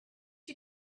you